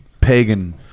pagan